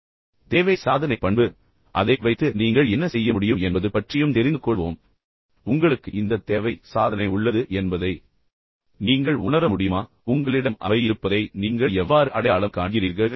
இப்போது தேவை சாதனை பண்பு பற்றியும் மேலும் அதைப் வைத்து நீங்கள் என்ன செய்ய முடியும் என்பது பற்றியும் தெரிந்து கொள்வோம் உங்களுக்கு இந்த தேவை சாதனை உள்ளது என்பதை நீங்கள் உணர முடியுமா மற்றும் நீங்கள் புரிந்துகொள்கிறீர்கள் என்றால் உங்களிடம் அவை இருப்பதை நீங்கள் எவ்வாறு அடையாளம் காண்கிறீர்கள்